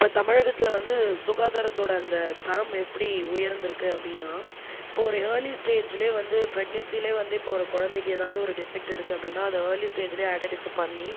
இப்போது தமிழகத்தில் வந்து சுகாதாரத்தோடய அந்த தரம் எப்படி உயர்ந்து இருக்குது அப்படின்னா இப்போது ஒரு இயர்லி ஸ்டேஜ்லேயே வந்து பிரக்னன்சிலேயே வந்து இப்போது வந்து ஒரு குழந்தைக்கு ஏதாவது ஒரு டிஃபெக்ட் இருக்குது அப்படின்னா அதை இயர்லி ஸ்டேஜ்லேயே ஐடென்டிஃபை பண்ணி